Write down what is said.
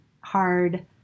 hard